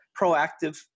proactive